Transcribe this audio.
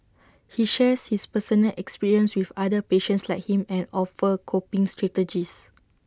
he shares his personal experiences with other patients like him and offers coping strategies